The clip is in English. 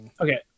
okay